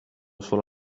solo